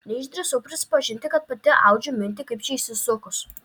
neišdrįsau prisipažinti kad pati audžiu mintį kaip čia išsisukus